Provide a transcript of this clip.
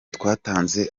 twatanze